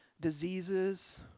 diseases